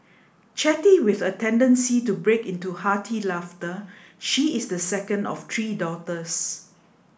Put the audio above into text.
chatty with a tendency to break into hearty laughter she is the second of three daughters